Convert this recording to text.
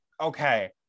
Okay